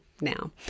now